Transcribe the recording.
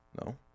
No